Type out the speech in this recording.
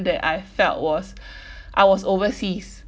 that I felt was I was overseas